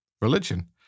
religion